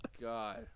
God